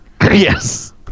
yes